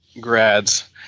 grads